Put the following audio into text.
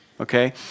okay